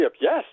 Yes